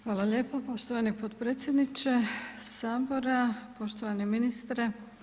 Hvala lijepo poštovani potpredsjedniče Sabora, poštovani ministre.